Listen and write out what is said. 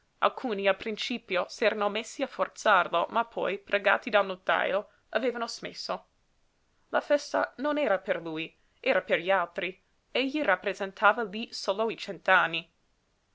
alcuni a principio s'erano messi a forzarlo ma poi pregati dal notajo avevano smesso la festa non era per lui era per gli altri egli rappresentava lí solo i